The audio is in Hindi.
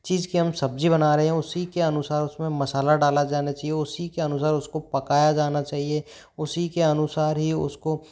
चीज की हम सब्जी बना रहे हैं उसी के अनुसार उसमें मसाला डाला जाना चाहिए उसी के अनुसार उसको पकाया जाना चाहिए उसी के अनुसार ही उसको